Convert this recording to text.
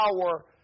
power